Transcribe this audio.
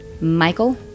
Michael